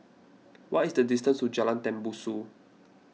what is the distance to Jalan Tembusu